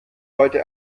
heute